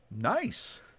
nice